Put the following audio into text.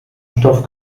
stoff